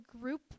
group